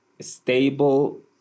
stable